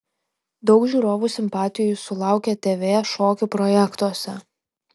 daug žiūrovų simpatijų jis sulaukė tv šokių projektuose